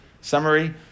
summary